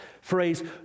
phrase